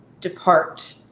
depart